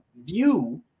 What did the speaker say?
view